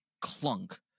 clunk